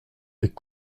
est